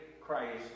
Christ